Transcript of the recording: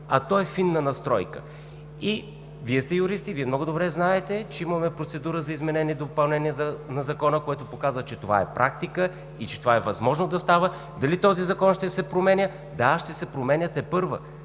а е фина настройка. Вие сте юристи и много добре знаете, че имаме процедура за изменение и допълнение на Закона, което показва, че това е практика и че това е възможно да става. Дали този закон ще се променя? Да, ще се променя тепърва,